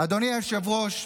אדוני היושב-ראש,